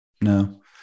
No